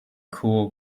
cool